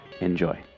enjoy